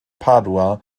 padua